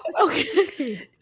Okay